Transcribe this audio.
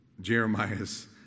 Jeremiah's